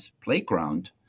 playground